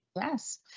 Yes